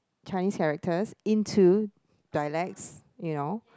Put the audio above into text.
Chinese characters into dialects you know